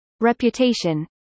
reputation